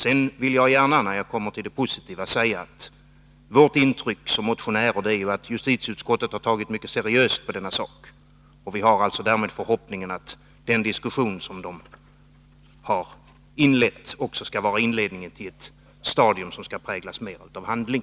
Sedan vill jag gärna säga, när jag kommer till det positiva, att vårt intryck som motionärer är att justitieutskottet har tagit mycket seriöst på denna sak. Vi har alltså därmed förhoppningen att den diskussion som inletts också skall vara inledningen till ett stadium som skall präglas mer av handling.